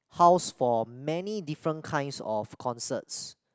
house for many different kinds of concerts